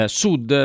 sud